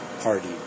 party